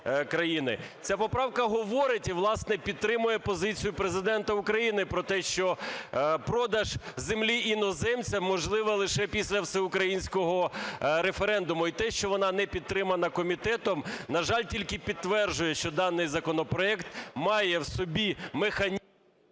Ця поправка говорить і, власне, підтримує позицію Президента України про те, що продаж землі іноземцям можливий лише після всеукраїнського референдуму. І те, що вона не підтримана комітетом, на жаль, тільки підтверджує, що даний законопроект має в собі механізм…